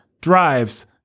drives